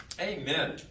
Amen